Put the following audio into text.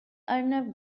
arnav